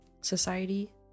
Society